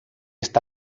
está